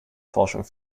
forschung